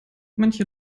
manche